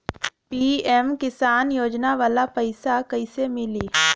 PM Kisan योजना वाला पैसा कईसे मिली?